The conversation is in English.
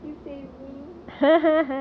still say me